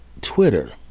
Twitter